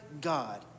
God